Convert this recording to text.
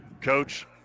coach